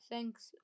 Thanks